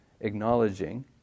acknowledging